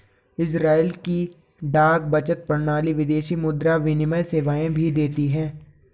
Israel की डाक बचत प्रणाली विदेशी मुद्रा विनिमय सेवाएं भी देती है